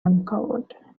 uncovered